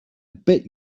bet